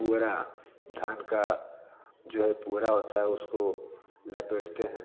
पुअरा धान का जो है पुअरा होता है उसको लपेटते हैं